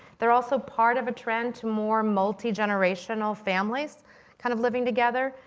they're also part of a trend to more multi-generational families kind of living together.